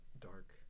dark